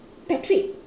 patrick